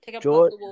George